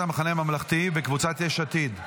סיעת המחנה הממלכתי וקבוצת סיעת יש עתיד.